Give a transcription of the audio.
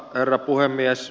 herra puhemies